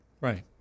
Right